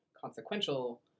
consequential